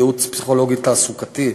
ייעוץ פסיכולוגי תעסוקתי,